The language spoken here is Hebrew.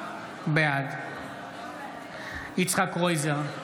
בעד יצחק קרויזר,